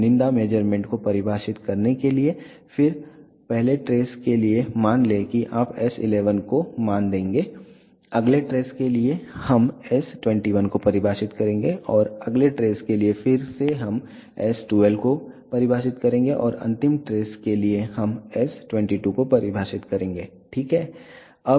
चुनिंदा मेज़रमेंट को परिभाषित करने के लिए फिर पहले ट्रेस के लिए मान लें कि आप S11 को मान देंगे अगले ट्रेस के लिए हम S21 को परिभाषित करेंगे और अगले ट्रेस के लिए फिर से हम S12 को परिभाषित करेंगे और अंतिम ट्रेस के लिए हम S22 को परिभाषित करेंगे ठीक है